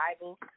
Bible